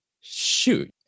shoot